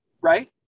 right